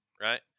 right